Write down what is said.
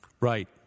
Right